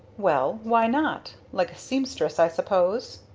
well why not? like a seamstress, i suppose.